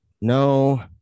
No